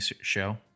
Show